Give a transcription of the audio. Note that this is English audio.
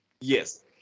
Yes